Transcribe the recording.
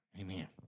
amen